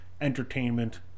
entertainment